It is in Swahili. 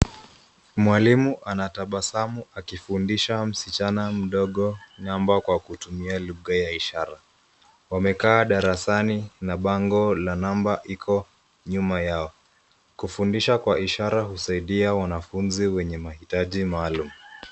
Mwalimu anatabasamu akifundisha msichana mdogo namba kwa kutumia lugha ya ishara. Wamekaa darasani na bango la namba iko nyuma yao kufundisha kwa ishara husaidia wanafunzi wenye mahitaji maalum.